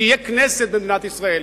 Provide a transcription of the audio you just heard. שתהיה כנסת במדינת ישראל,